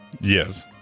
Yes